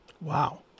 Wow